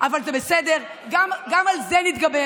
אבל זה בסדר, גם על זה נתגבר.